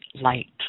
light